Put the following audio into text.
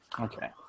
Okay